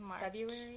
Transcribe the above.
February